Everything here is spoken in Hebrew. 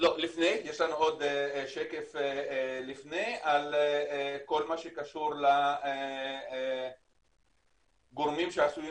יש לנו שקף על כל מה שקשור לגורמים שעשויים